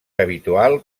habitual